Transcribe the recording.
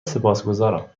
سپاسگذارم